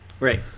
Right